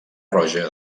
roja